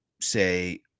say